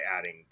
adding